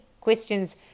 questions